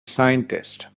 scientist